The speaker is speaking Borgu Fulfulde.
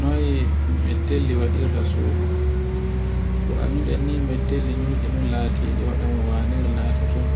noy mettele waɗirta sudu, ko anduden ni mettelle nyuci lati nmdi waɗa watir natoton,